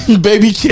Baby